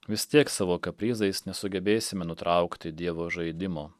vis tiek savo kaprizais nesugebėsime nutraukti dievo žaidimo